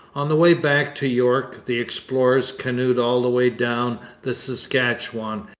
on the way back to york, the explorers canoed all the way down the saskatchewan,